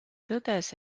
tõdes